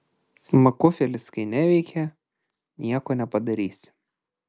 makufelis kai neveikia nieko nepadarysi